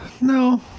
No